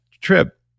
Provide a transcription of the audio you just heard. trip